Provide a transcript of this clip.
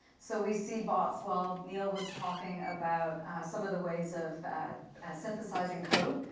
so we see bots, well, neil was talking about some of the ways of synthesizing code.